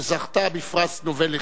שזכתה בפרס נובל לכימיה,